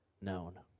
known